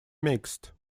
mixed